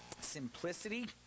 Simplicity